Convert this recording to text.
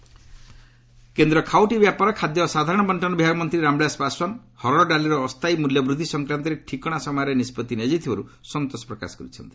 Paswan meeting କେନ୍ଦ୍ର ଖାଉଟି ବ୍ୟାପାର ଖାଦ୍ୟ ଓ ସାଧାରଣ ବର୍ଷନ ବିଭାଗ ମନ୍ତ୍ରୀ ରାମବିଳାଶ ପାଶୱାନ୍ ହରଡ଼ ଡାଲିର ଅସ୍ଥାୟୀ ମୂଲ୍ୟ ବୁଦ୍ଧି ସଂକ୍ରାନ୍ତରେ ଠିକଣା ସମୟରେ ନିଷ୍କତ୍ତି ନିଆଯାଇଥିବାରୁ ସନ୍ତୋଷ ପ୍ରକାଶ କରିଛନ୍ତି